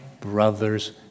brother's